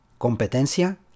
Competencia